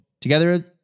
Together